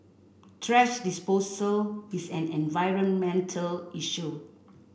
thrash disposal is an environmental issue